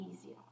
easier